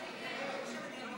ההצעה להעביר